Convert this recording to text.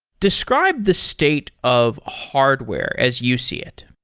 describe the state of hardware as you see it.